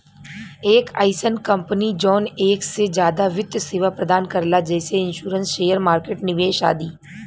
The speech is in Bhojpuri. एक अइसन कंपनी जौन एक से जादा वित्त सेवा प्रदान करला जैसे इन्शुरन्स शेयर मार्केट निवेश आदि